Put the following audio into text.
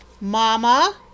Mama